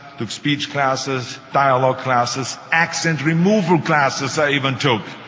took speech classes, dialogue classes, accent removal classes i even took.